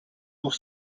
pour